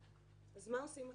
אז מה עושים עכשיו?